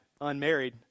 unmarried